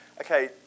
okay